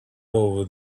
over